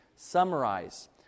summarize